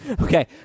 Okay